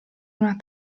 una